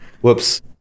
Whoops